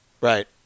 Right